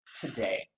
today